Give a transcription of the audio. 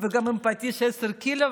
וגם בפטיש עשר קילו,